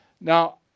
Now